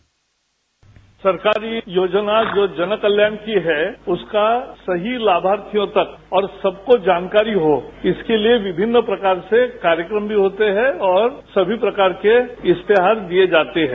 bite सरकारी योजना जो जन कल्याण की है उसका सही लाभार्थियों तक और सबको जानकारी हो इसके लिए विभिन्न प्रकार से कार्यक्रम भी होते हैं और सभी प्रकार के इश्तहार दिए जाते हैं